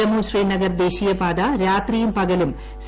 ജമ്മു ശ്രീനഗർ ദേശീയ പാത രാത്രിയും പകലും സി